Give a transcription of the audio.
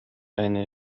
eine